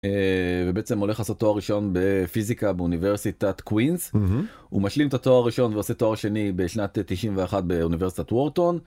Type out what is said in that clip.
ובעצם הולך לעשות תואר ראשון בפיזיקה באוניברסיטת קווינס, הוא משלים את התואר הראשון ועושה תואר שני בשנת תשעים ואחת באוניברסיטת וורטון.